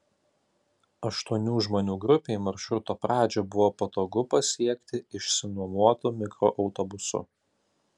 aštuonių žmonių grupei maršruto pradžią buvo patogu pasiekti išsinuomotu mikroautobusu